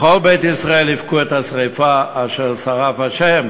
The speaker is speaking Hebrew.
"כל בית ישראל יבכו את השרפה אשר שרף ה'",